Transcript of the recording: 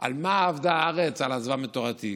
"על מה אבדה הארץ, על עזבם את תורתי".